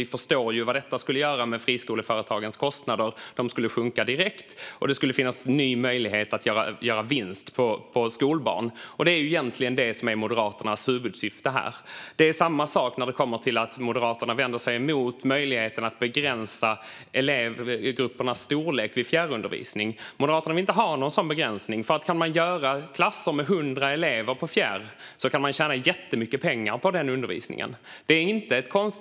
Vi förstår ju vad detta skulle göra med friskoleföretagens kostnader - de skulle sjunka direkt, och det skulle finnas en ny möjlighet att göra vinst på skolbarn. Det är ju egentligen detta som är Moderaternas huvudsyfte här. Det är samma sak när det kommer till att Moderaterna vänder sig emot möjligheten att begränsa elevgruppernas storlek vid fjärrundervisning. Moderaterna vill inte ha någon sådan begränsning, för om man kan ha klasser med 100 elever på fjärrundervisning kan man tjäna jättemycket pengar på den undervisningen.